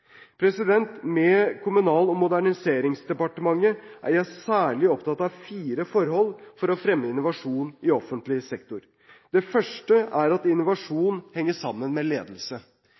Med Kommunal- og moderniseringsdepartementet er jeg særlig opptatt av fire forhold for å fremme innovasjon i offentlig sektor. Det første er at innovasjon henger sammen med ledelse.